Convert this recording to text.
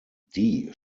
die